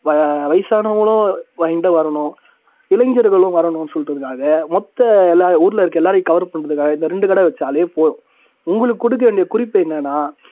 வ வயிசானவங்களும் எங்ககிட்ட வரணும் இளைஞர்களும் வரணுன்னு சொல்லுறதுக்காக மொத்த எல்லா ஊரில் இருக்க எல்லாரையும் கவர் பண்ணுறதுக்காக இந்த ரெண்டு கடை வச்சாலே போதும் உங்களுக்கு கொடுக்க வேண்டிய குறிப்பு என்னன்னா